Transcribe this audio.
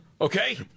Okay